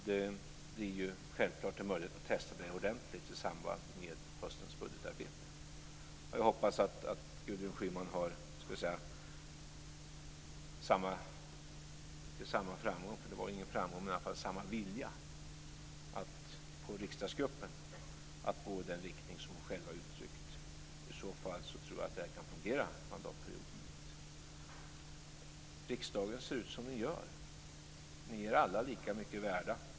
Det blir självklart en möjlighet att testa detta ordentligt i samband med höstens budgetarbete. Jag hoppas att Gudrun Schyman har samma vilja - det var ju ingen framgång - att få riksdagsgruppen att gå i den riktning man själv har gett uttryck för. I så fall kommer det att fungera mandatperioden ut. Riksdagen ser ut som den gör. Ni är alla lika mycket värda.